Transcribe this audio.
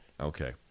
Okay